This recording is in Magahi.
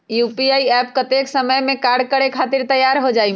यू.पी.आई एप्प कतेइक समय मे कार्य करे खातीर तैयार हो जाई?